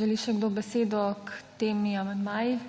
Želi še kdo besedo k tem amandmajem?